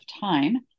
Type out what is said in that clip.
time